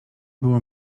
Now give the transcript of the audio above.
było